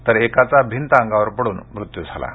तर एकाचा भिंत अंगावर पडून मृत्यू झाला आहे